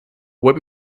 what